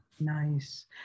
Nice